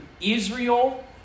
Israel